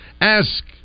Ask